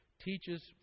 teaches